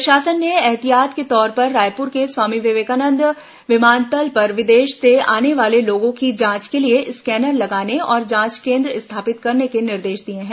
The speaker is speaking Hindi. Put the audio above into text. प्रशासन ने ऐहतियात के तौर पर रायपुर के स्वामी विवेकानंद विमानतल पर विदेश से आने वाले लोगों की जांच के लिए स्कैनर लगाने और जांच केन्द्र स्थापित करने के निर्देश दिए हैं